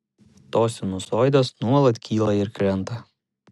tos sinusoidės nuolat kyla ir krenta